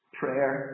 prayer